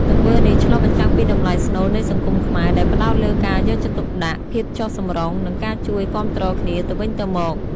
ទង្វើនេះឆ្លុះបញ្ចាំងពីតម្លៃស្នូលនៃសង្គមខ្មែរ ដែលផ្ដោតលើការយកចិត្តទុកដាក់ ភាពចុះសម្រុង និងការជួយគាំទ្រគ្នាទៅវិញទៅមក។